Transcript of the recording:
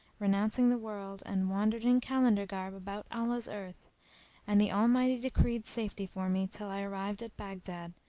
renouncing the world, and wandered in kalandar garb about allah's earth and the almighty decreed safety for me till i arrived at baghdad,